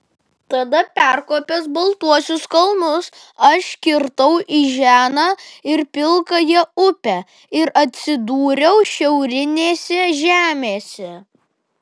tada perkopęs baltuosius kalnus aš kirtau iženą ir pilkąją upę ir atsidūriau šiaurinėse žemėse